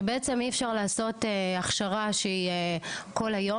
שבעצם אי אפשר לעשות הכשרה שהיא כל היום,